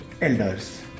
elders